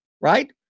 Right